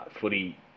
footy